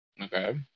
Okay